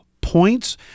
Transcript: points